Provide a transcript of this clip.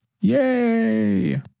yay